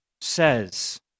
says